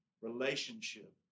relationship